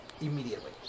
immediately